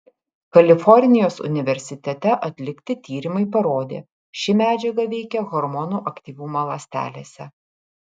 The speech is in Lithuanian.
kalifornijos universitete atlikti tyrimai parodė ši medžiaga veikia hormonų aktyvumą ląstelėse